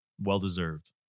Well-deserved